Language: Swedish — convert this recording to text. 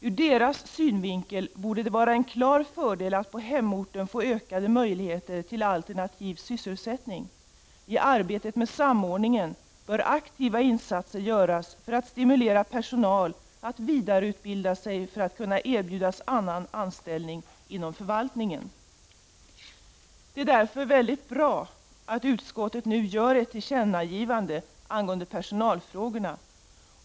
Ur deras synvinkel borde det vara en klar fördel att på hemorten få ökade möjligheter till alternativ sysselsättning. I arbetet med samordningen bör aktiva insatser göras för att stimulera personal att vidareutbilda sig för att erbjudas annan anställning inom förvaltningen.” Det är därför mycket bra att utskottet nu gör ett tillkännagivande angående personalfrågorna.